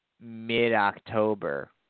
mid-October